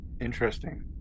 interesting